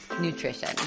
nutrition